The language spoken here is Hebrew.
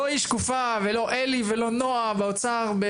לא היא שקופה ולא אלי ולא נעה באוצר.